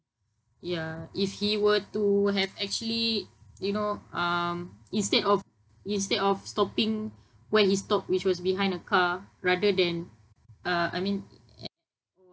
ya if he were to have actually you know um instead of instead of stopping where he stopped which was behind the car rather than uh I mean a~ at